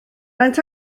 faint